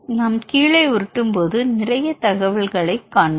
நாம் கீழே உருட்டும்போது நிறைய தகவல்களைக் காண்போம்